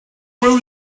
will